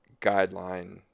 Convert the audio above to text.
guideline